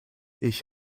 ich